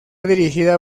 dirigida